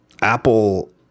Apple